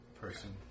person